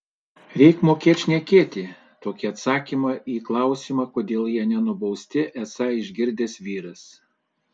reik mokėt šnekėti tokį į atsakymą į klausimą kodėl jie nenubausti esą išgirdęs vyras